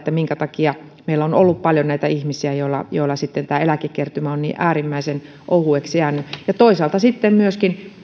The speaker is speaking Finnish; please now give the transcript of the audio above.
minkä takia meillä on ollut paljon näitä ihmisiä joilla joilla sitten eläkekertymä on niin äärimmäisen ohueksi jäänyt toisaalta sitten myöskin